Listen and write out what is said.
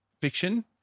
fiction